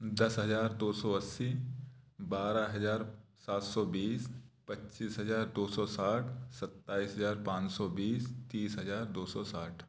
दस हजार दो सौ अस्सी बारह हजार सात सौ बीस पच्चीस हजार दो सौ साठ सत्ताईस हजार पाँच सौ बीस तीस हजार दो सौ साठ